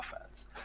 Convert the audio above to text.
offense